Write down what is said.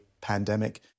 pandemic